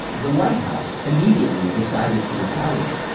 the white house immediately decided to retaliate.